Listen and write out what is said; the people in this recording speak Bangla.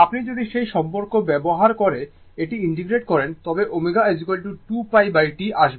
আপনি যদি সেই সম্পর্ক ব্যবহার করে এটি ইন্টিগ্রেট করেন তবে ω 2πT আসবে